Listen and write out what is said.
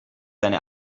deine